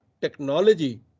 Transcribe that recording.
technology